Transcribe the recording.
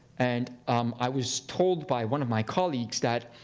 and um i was told by one of my colleagues that